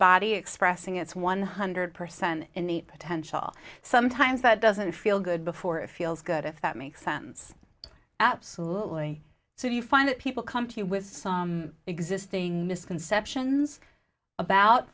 body expressing its one hundred percent in the potential sometimes that doesn't feel good before it feels good if that makes sense absolutely so you find people come to you with existing misconceptions about